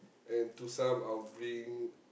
and to some I'll bring